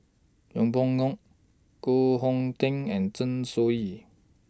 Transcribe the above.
Yeng Pway Ngon Koh Hong Teng and Zeng Shouyin